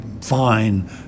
fine